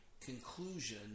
conclusion